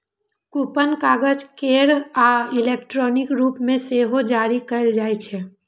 coupon कागज केर आ इलेक्ट्रॉनिक रूप मे सेहो जारी कैल जाइ छै